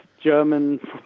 German